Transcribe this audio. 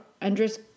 Andres